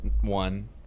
one